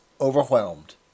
overwhelmed